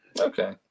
Okay